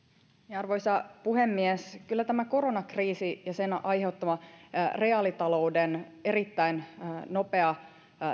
arvoisa puhemies kyllä tämä koronakriisi ja sen aiheuttama reaalitalouden erittäin nopea